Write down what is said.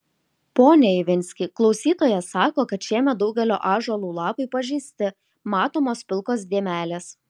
pone ivinski klausytojas sako kad šiemet daugelio ąžuolų lapai pažeisti matomos pilkos dėmelės